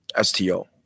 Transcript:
STO